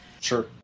Sure